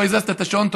לא הזזת את השעון,